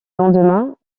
lendemain